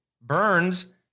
burns